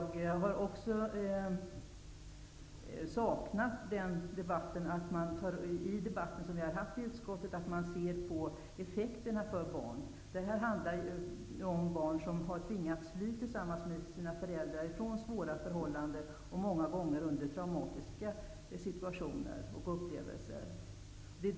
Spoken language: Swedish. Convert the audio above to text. I debatten i utskottet har jag saknat diskussionen om att man ser på effekterna för barn. Det handlar om barn som har tvingats fly tillsammans med sina föräldrar ifrån svåra förhållanden. Det har många gånger gällt traumatiska situationer och upplevelser.